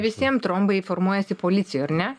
visiem trombai formuojasi policijoj ar ne